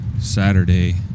Saturday